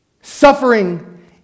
Suffering